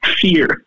fear